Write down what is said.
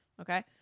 Okay